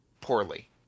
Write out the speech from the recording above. poorly